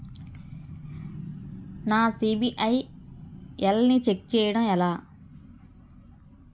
నా సిబిఐఎల్ ని ఛెక్ చేయడం ఎలా?